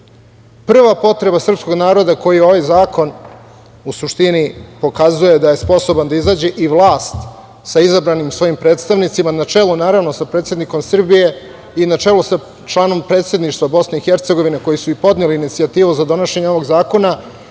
potreba srpskog naroda koji ovaj zakon u suštini pokazuje da je sposoban da izađe i vlast sa izabranim svojim predstavnicima, na čelu, naravno, sa predsednikom Srbije i na čelu sa članom Predsedništva BiH, koji su i podneli inicijativu za donošenje ovog zakona,